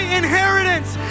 inheritance